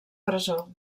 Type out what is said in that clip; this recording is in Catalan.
presó